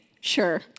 Sure